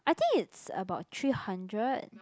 I think it's about three hundred